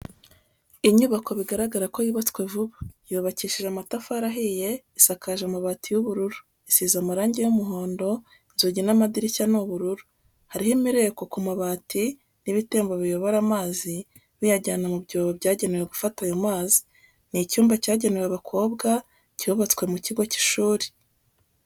Inyubako bigaragara ko yubatswe vuba yubakishije amatafari ahiye isakaje amabati y'ubururu isize amarangi y'umuhondo inzugi n'amadirishya ni ubururu, hariho imireko ku mabati n'ibitembo biyobora amazi biyajyana mu byobo byagenewe gufata ayo mazi, ni icyumba cyagenewe abakobwa cyubatswe mu kigo cy'ishuri.